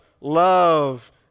love